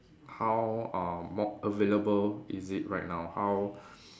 how uh more available is it right now how